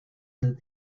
that